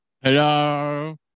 Hello